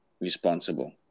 responsible